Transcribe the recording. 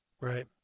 Right